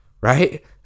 right